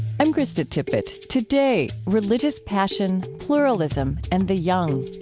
i'm krista tippett. today, religious passion, pluralism, and the young.